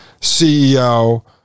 CEO